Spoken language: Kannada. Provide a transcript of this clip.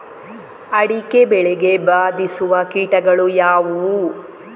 ಅಡಿಕೆ ಬೆಳೆಗೆ ಬಾಧಿಸುವ ಕೀಟಗಳು ಯಾವುವು?